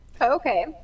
Okay